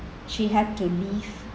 she had to leave